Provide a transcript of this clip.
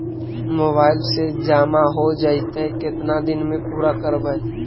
Mobile से जामा हो जैतय, केतना दिन में पुरा करबैय?